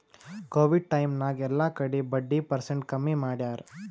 Covid time ನಾಗ್ ಎಲ್ಲಾ ಕಡಿ ಬಡ್ಡಿ ಪರ್ಸೆಂಟ್ ಕಮ್ಮಿ ಮಾಡ್ಯಾರ್